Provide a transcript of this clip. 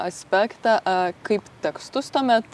aspektą a kaip tekstus tuomet